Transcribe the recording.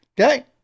Okay